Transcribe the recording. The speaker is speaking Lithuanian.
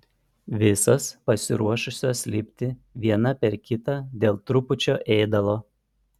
visos pasiruošusios lipti viena per kitą dėl trupučio ėdalo